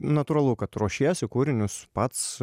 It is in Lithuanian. natūralu kad ruošiesi kūrinius pats